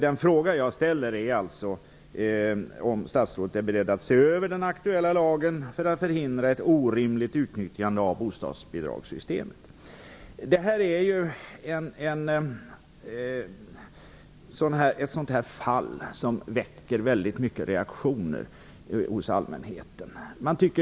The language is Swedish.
Den fråga jag ställer är om statsrådet är beredd att se över den aktuella lagen för att förhindra ett orimligt utnyttjande av bostadsbidragssystemet. Detta är ett fall som väcker starka reaktioner hos allmänheten.